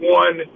one